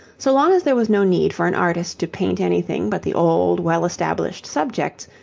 so long as there was no need for an artist to paint anything but the old well-established subjects,